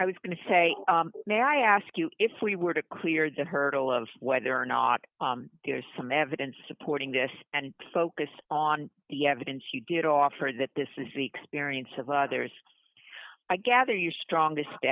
i was going to say may i ask you if we were to clear the hurdle of whether or not there's some evidence supporting this and focus on the evidence you did offer that this is the experience of others i gather your strongest